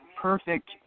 perfect